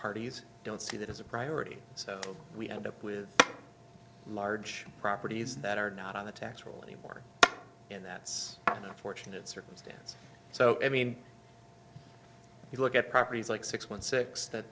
parties don't see that as a priority so we end up with large properties that are not on the tax relief work and that's an unfortunate circumstance so i mean you look at properties like six one six that